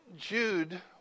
Jude